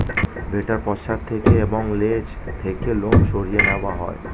ভেড়ার পশ্চাৎ থেকে এবং লেজ থেকে লোম সরিয়ে নেওয়া হয়